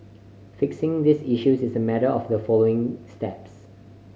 fixing these issues is a matter of following the steps